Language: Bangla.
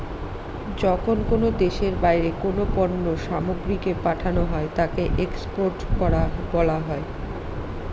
যখন কোনো দেশের বাইরে কোনো পণ্য সামগ্রীকে পাঠানো হয় তাকে এক্সপোর্ট করা বলা হয়